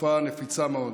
תקופה נפיצה מאוד.